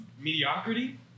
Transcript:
mediocrity